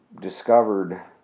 discovered